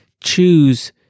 choose